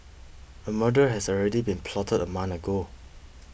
a murder has already been plotted a month ago